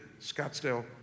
Scottsdale